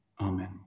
Amen